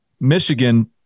Michigan